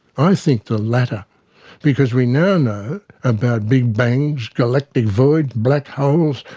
i think the latter because we now know about big bangs, galactic voids, black holes,